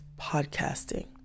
podcasting